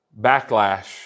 backlash